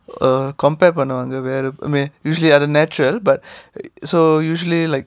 uh compare பண்ணுவாங்க வேற:pannuvaanga vera I mean usually அது:athu natural but so usually like